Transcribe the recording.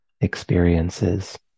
experiences